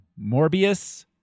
Morbius